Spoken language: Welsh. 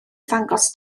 ddangos